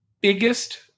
biggest